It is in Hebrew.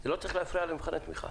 זה לא צריך להפריע למבחני התמיכה.